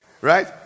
Right